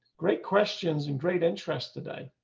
great questions and great interest today.